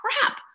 crap